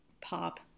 pop